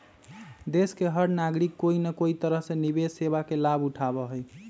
देश के हर नागरिक कोई न कोई तरह से निवेश सेवा के लाभ उठावा हई